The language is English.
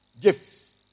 gifts